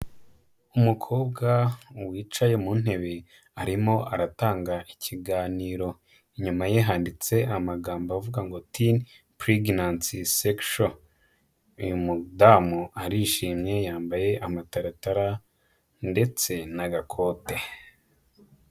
Umukobwa wicaye mu ntebe, arimo aratanga ikiganiro, inyuma ye handitse amagambo avuga ngo'' Teenage pregnant sexual.'' Uyu mudamu arishimye yambaye amataratara ndetse n'agakode.